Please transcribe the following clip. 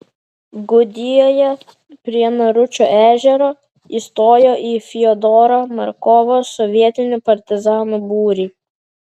gudijoje prie naručio ežero įstojo į fiodoro markovo sovietinių partizanų būrį